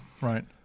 Right